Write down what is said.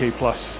plus